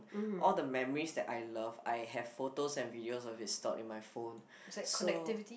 all the memories that I love I have photos and videos of it stored in my phone so